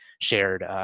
shared